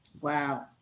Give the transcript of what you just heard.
Wow